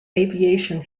aviation